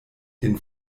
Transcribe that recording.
den